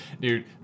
dude